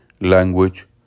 language